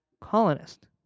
colonist